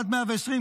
עד 120,